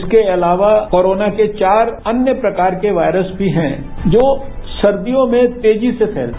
इसके अलावा कोरोना के चार अन्य प्रकार के वायरस भी हैं जो सर्दियों में तेजी से फैलते हैं